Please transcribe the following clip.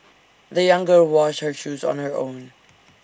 the young girl washed her shoes on her own